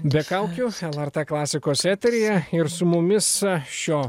be kaukių lrt klasikos eteryje ir su mumis šio